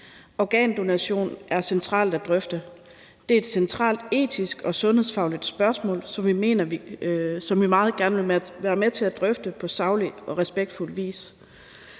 Organdonation er centralt at drøfte. Det er et centralt etisk og sundhedsfagligt spørgsmål, som vi meget gerne vil være med til at drøfte på saglig og respektfuld vis